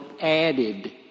added